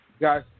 Guys